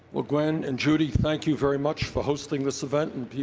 well, gwen and judy, thank you very much for hosting this event. and, pbs,